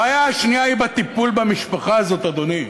הבעיה השנייה היא בטיפול במשפחה הזאת, אדוני.